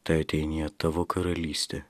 teateinie tavo karalystė